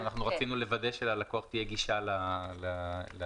רצינו לוודא שללקוח תהיה גישה להסכמה.